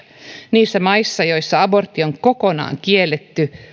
niissä maissa joissa abortti on kokonaan kielletty